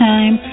Time